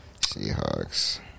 Seahawks